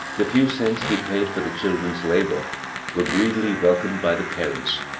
the few cents he paid for the children's labor were greedily wel comed by the parents,